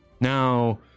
Now